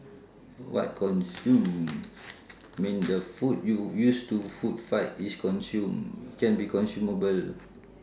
what consume mean the food you use to food fight is consume can be consumable